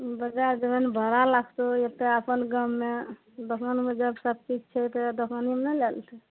बजार जेबहन भाड़ा लागतौ एतय अपन गाममे दोकानमे जब सब किछु छै तऽ अइ दोकानेमे नहि लए लेतय